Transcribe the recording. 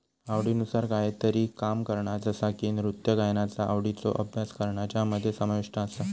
आवडीनुसार कायतरी काम करणा जसा की नृत्य गायनाचा आवडीचो अभ्यास करणा ज्यामध्ये समाविष्ट आसा